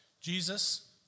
Jesus